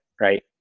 Right